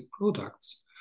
products